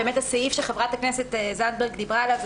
באמת הסעיף שחברת הכנסת זנדברג דיברה עליו הוא